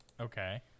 okay